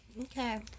Okay